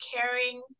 caring